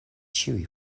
ĉiuj